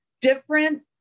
different